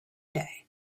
day